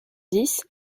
dix